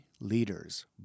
leaders